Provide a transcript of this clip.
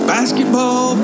Basketball